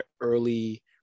early